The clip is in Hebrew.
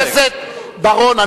חבר הכנסת בר-און,